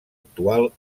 actual